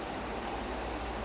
sedap ya